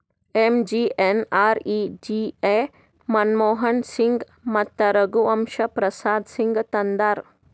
MGNREGA Manmohan Singh ಮತ್ತ ರಘುವಂಶ ಪ್ರಸಾದ್ ಸಿಂಗ್ ತಂದಾರ್